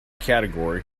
category